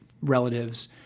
relatives